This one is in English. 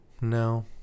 No